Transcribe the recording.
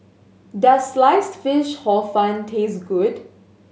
does Sliced Fish Hor Fun taste good